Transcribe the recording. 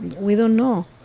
we don't know.